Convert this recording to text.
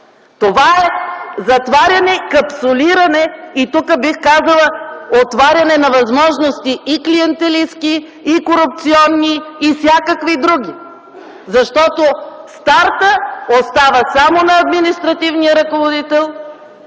системата, капсулиране! Тук бих казала - отваряне на възможности и клиентелистки, и корупционни, и всякакви други, защото стартът остава само на административния ръководител